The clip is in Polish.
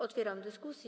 Otwieram dyskusję.